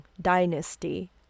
Dynasty